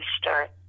start